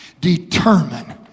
Determine